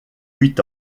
huit